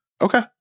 Okay